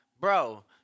Bro